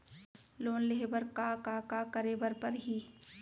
Loan लेहे बर का का का करे बर परहि?